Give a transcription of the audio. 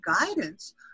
guidance